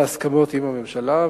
להסכמות עם הממשלה,